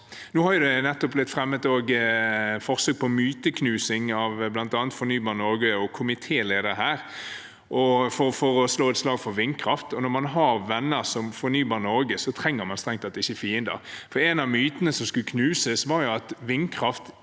Nå har det nettopp også blitt fremmet forsøk på myteknusing, bl.a. av Fornybar Norge og komitélederen, for å slå et slag for vindkraft. Når man har venner som Fornybar Norge, trenger man strengt tatt ikke fiender, for en av mytene som skulle knuses, var at vindkraft